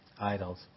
idols